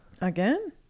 Again